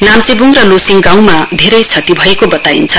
नाम्चेब्ङ लोसिङ गाँउमा धेरै क्षति भएको बताइन्छ